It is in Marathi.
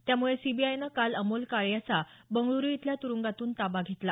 त्यामुळे सीबीआयनं काल अमोल काळे याचा बंगळूरु इथल्या तुरुंगातून ताबा घेतला